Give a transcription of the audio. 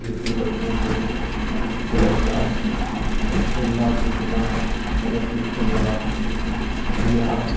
जैसे बच्चों को दौड़ना खेलना कूदना कबड्डी खेलना या